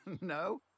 No